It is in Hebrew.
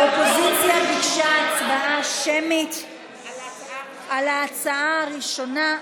האופוזיציה ביקשה הצבעה שמית על ההצעה הראשונה,